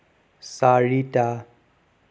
চাৰিটা